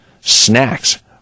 snacks